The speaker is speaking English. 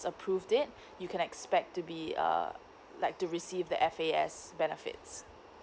approved it you can expect to be uh like to receive the F_A_S benefits